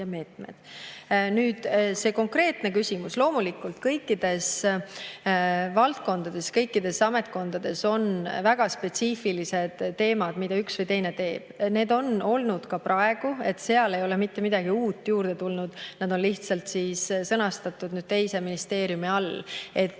see konkreetne küsimus. Loomulikult, kõikides valdkondades, kõikides ametkondades on väga spetsiifilised teemad, mida üks või teine teeb. Need on olemas ka praegu. Seal ei ole mitte midagi uut juurde tulnud, need [teemad] on lihtsalt sõnastatud teise ministeeriumi all.